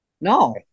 no